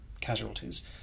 casualties